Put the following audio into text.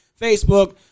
Facebook